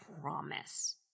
promise